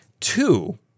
two